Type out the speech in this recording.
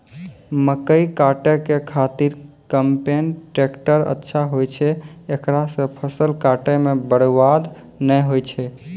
मकई काटै के खातिर कम्पेन टेकटर अच्छा होय छै ऐकरा से फसल काटै मे बरवाद नैय होय छै?